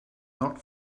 not